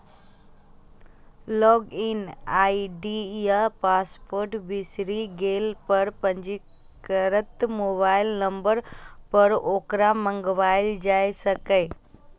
log in ID या password बिसरि गेला पर पंजीकृत मोबाइल नंबर पर ओकरा मंगाएल जा सकैए